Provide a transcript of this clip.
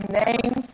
name